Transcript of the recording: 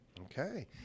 Okay